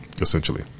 essentially